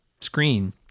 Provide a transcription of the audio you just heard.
screen